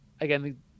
again